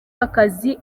akazi